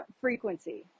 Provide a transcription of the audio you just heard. frequency